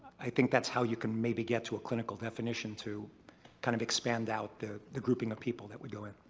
i think that's that's how you can maybe get to a clinical definition to kind of expand out the the grouping of people that would go in.